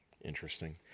Interesting